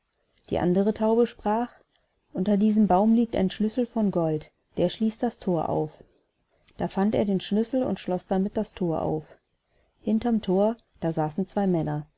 die andere taube sprach unter diesem baum liegt ein schlüssel von gold der schließt das thor auf da fand er den schlüssel und schloß das thor damit auf hinterm thor da saßen zwei männer